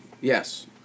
yes